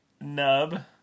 nub